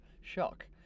Shock